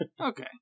Okay